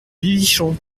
bibichon